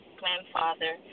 grandfather